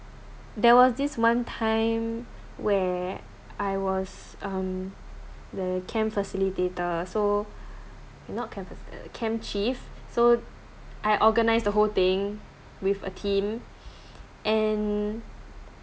there was this one time where I was um the camp facilitator so eh not camp facilitator camp chief so I organised the whole thing with a team and